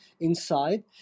inside